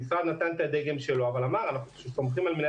המשרד נתן את הדגם שלו אבל אמר שהוא סומך על מנהלי